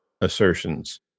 assertions